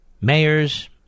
mayors